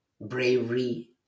bravery